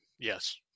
Yes